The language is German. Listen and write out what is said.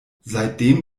seitdem